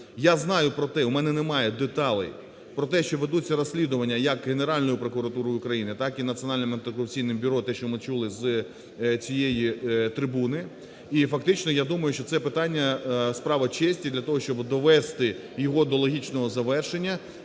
я знаю про те, у мене немає деталей, про те, що ведуться розслідування як Генеральною прокуратурою України, так і Національним антикорупційним бюро, те, що ми чули з цієї трибуни. І фактично, я думаю, що це питання – справа честі для того, щоб довести його до логічного завершення